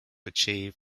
achieve